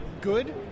good